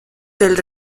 del